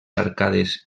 arcades